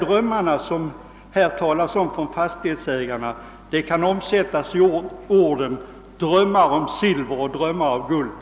Drömmarna som här talas om från fastighetsägarna kan omsättas i orden: Drömmar om silver, drömmar om guld.